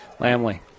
Lamley